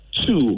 Two